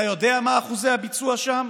אתה יודע מה אחוזי הביצוע שם?